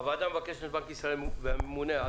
הוועדה מבקשת מבנק ישראל ומהממונה על